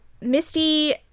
Misty